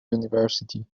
university